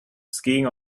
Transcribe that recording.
skiing